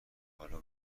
حالا